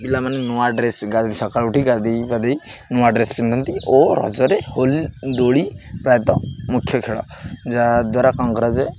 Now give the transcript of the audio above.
ପିଲାମାନେ ନୂଆ ଡ୍ରେସ୍ ଗା ସକାଳୁ ଉଠି ଗାଧେଇ ପାଧେଇ ନୂଆ ଡ୍ରେସ୍ ପିନ୍ଧନ୍ତି ଓ ରଜରେ ହୋଲି ଦୋଳି ପ୍ରାୟତଃ ମୁଖ୍ୟ ଖେଳ ଯାହାଦ୍ୱାରା କ'ଣ କରାଯାଏ